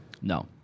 no